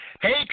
Hey